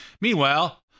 Meanwhile